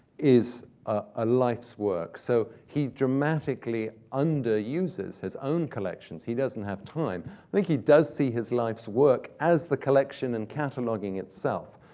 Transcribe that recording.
is a life's work. so he dramatically under-uses his own collections. he doesn't have time. i think he does see his life's work as the collection and cataloging itself.